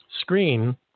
screen